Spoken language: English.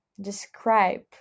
describe